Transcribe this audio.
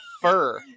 fur